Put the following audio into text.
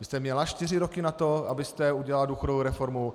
Vy jste měla čtyři roky na to, abyste udělala důchodovou reformu.